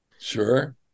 Sure